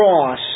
cross